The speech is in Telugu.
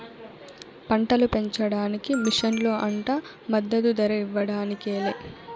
పంటలు పెంచడానికి మిషన్లు అంట మద్దదు ధర ఇవ్వడానికి లే